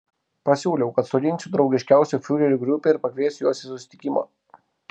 pasiūliau kad surinksiu draugiškiausių fiurerių grupę ir pakviesiu juos į susitikimą